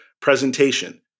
presentation